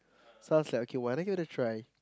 sounds like okay why don't you to try